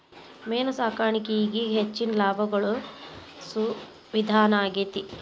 main ಸಾಕಾಣಿಕೆ ಈಗೇಗ ಹೆಚ್ಚಿನ ಲಾಭಾ ಗಳಸು ವಿಧಾನಾ ಆಗೆತಿ